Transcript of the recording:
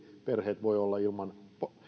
perheet voi olla ilman